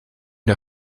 der